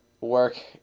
work